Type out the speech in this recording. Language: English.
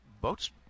boats